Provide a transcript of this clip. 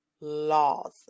laws